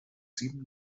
sieben